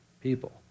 people